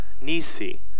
Nisi